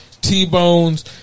T-Bones